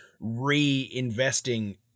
reinvesting